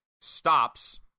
stops